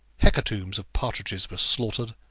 hecatombs of partridges were slaughtered,